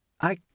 I